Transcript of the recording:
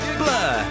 blur